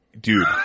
dude